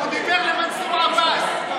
הוא דיבר על מנסור עבאס.